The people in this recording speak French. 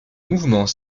mouvement